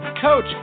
coach